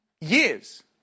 Years